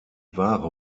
ware